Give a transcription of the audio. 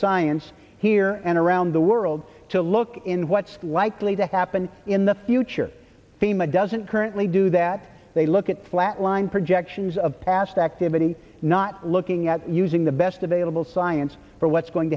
science here and around the world to look in what's likely to happen in the future fema doesn't currently do that they look at flatline projections of past activity not looking at using the best available science for what's going